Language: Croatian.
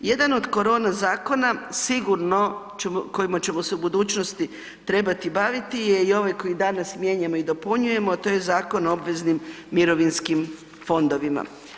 Jedan od korona zakona sigurno kojem ćemo se u budućnosti trebati baviti je i ovaj koji danas mijenjamo i dopunjujemo, a to je Zakon o obveznim mirovinskim fondovima.